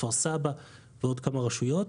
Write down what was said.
כפר סבא ועוד כמה רשויות.